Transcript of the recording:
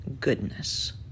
goodness